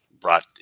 brought